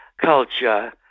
culture